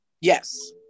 yes